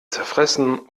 zerfressen